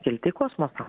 kilti į kosmosą